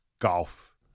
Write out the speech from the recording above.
golf